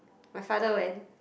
my father went